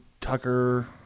Tucker